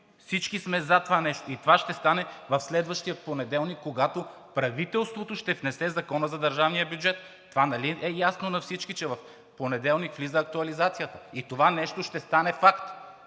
всички сме за това нещо и това ще стане следващия понеделник, когато правителството ще внесе Закона за държавния бюджет. Това нали е ясно на всички – че в понеделник влиза актуализацията и това нещо ще стане факт?